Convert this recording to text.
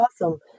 awesome